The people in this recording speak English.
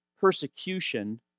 persecution